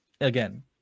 again